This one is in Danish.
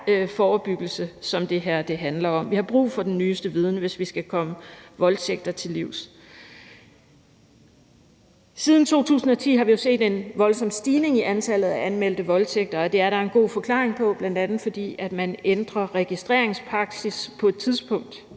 forebyggelse, som det her handler om. Vi har brug for den nyeste viden, hvis vi skal komme voldtægter til livs. Siden 2010 har vi set en voldsom stigning i antallet af anmeldte voldtægter, og det er der en god forklaring på, bl.a. at man ændrer registreringspraksis på et tidspunkt,